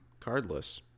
cardless